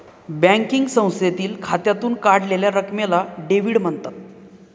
banking संस्थेतील खात्यातून काढलेल्या रकमेला डेव्हिड म्हणतात